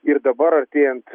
ir dabar artėjant